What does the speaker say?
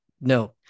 No